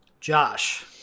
Josh